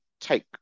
take